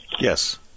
Yes